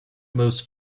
most